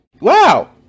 Wow